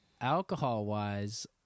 alcohol-wise